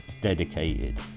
dedicated